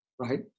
right